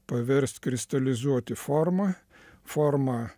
paverst kristalizuoti į formą formą